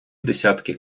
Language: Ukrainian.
десятки